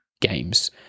games